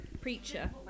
Preacher